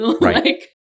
Right